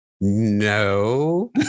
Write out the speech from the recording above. No